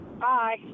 Bye